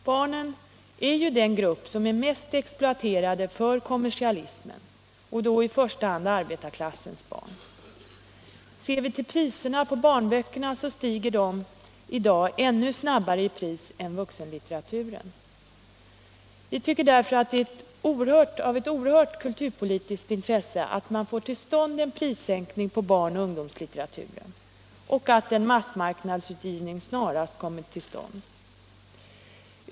Barnen är den grupp som är mest exploaterad av kommersialismen, och då i första hand arbetarklassens barn. Barnböckerna stiger i dag ännu snabbare i pris än vuxenlitteraturen. Vi tycker därför att det är av oerhört stort kulturpolitiskt intresse att man får till stånd en prissänkning av barnoch ungdomslitteraturen och att en massmarknadsutgivning snarast kommer till stånd.